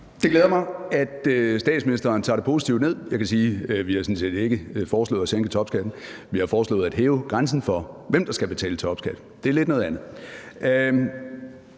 Det glæder mig, at statsministeren tager det positivt ned. Jeg kan sige, at vi sådan set ikke har foreslået at sænke topskatten, men vi har foreslået at hæve grænsen for, hvem der skal betale topskat, og det er lidt noget andet.